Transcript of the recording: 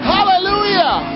Hallelujah